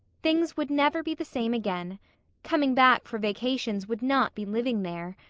things would never be the same again coming back for vacations would not be living there.